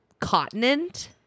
continent